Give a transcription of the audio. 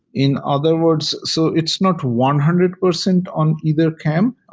in other words, so it's not one hundred percent on either camp.